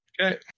Okay